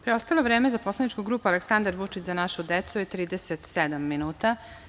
Preostalo vreme za poslaničku grupu Aleksandar Vučić – Za našu decu je 37 minuta.